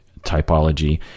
typology